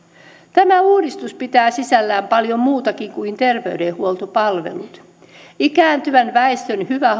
tämä uudistus pitää sisällään paljon muutakin kuin terveydenhuoltopalvelut ikääntyvän väestön hyvä